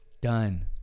Done